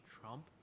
Trump